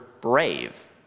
brave